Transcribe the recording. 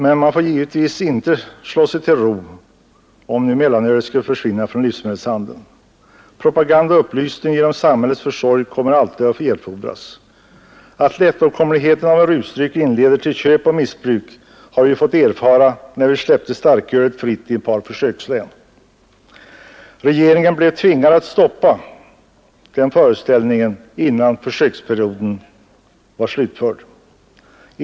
Men vi får givetvis inte bara slå oss till ro om mellanölet nu skulle försvinna från livsmedelshandeln. Propaganda och upplysning genom samhällets försorg kommer alltid att erfordras. Att lättåtkomligheten av en rusdryck inleder till köp och missbruk har vi ju fått erfara när vi släppte starkölet fritt i ett par försökslän. Regeringen blev tvingad att stoppa den föreställningen innan försöksperioden var slutförd.